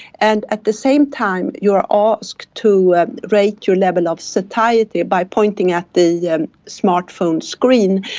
and at the same time you are ah asked to rate your level of satiety by pointing at the the smart phone screen,